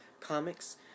comics